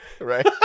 Right